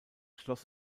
schloss